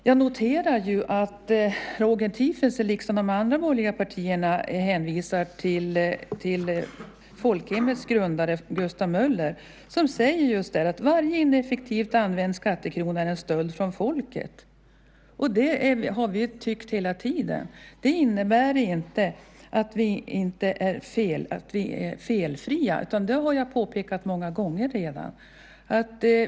Jag noterar att Roger Tiefensee liksom företrädare från de andra borgerliga partierna hänvisar till folkhemmets grundare Gustav Möller, som säger just detta att varje ineffektivt använd skattekrona är en stöld från folket. Det har vi tyckt hela tiden. Det innebär inte att vi är felfria - det har jag påpekat många gånger redan.